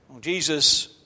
Jesus